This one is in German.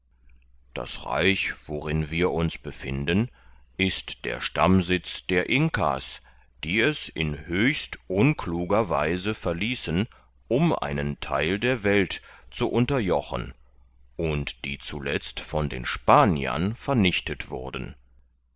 das reich worin wir uns befinden ist der stammsitz der inka's die es höchst unkluger weise verließen um einen theil der welt zu unterjochen und die zuletzt von den spaniern vernichtet wurden